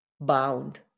Bound